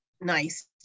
nice